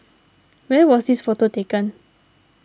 where was this photo taken